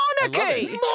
Monarchy